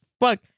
fuck